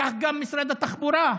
כך גם משרד התחבורה.